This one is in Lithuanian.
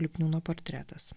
lipniūno portretas